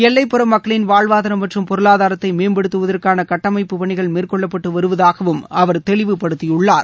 எல்லைப்புற மக்களின் வாழ்வாதாரம் மற்றும் பொருளாதாரத்தை மேம்படுத்துவதற்கான கட்டமைப்பு பணிகள் மேற்கொள்ளப்பட்டு வருவதாகவும் அவர் தெளிவுபடுத்தியுள்ளார்